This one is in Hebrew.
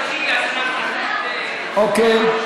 אוקיי.